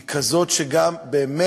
היא כזאת שמטילה,